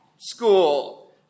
school